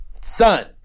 Son